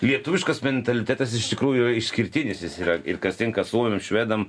lietuviškas mentalitetas iš tikrųjų išskirtinis jis yra ir kas tinka suomiam švedam